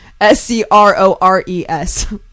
S-C-R-O-R-E-S